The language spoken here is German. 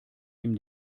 ihm